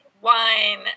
Wine